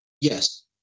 Yes